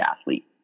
athlete